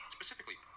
Specifically